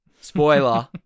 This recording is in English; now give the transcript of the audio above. Spoiler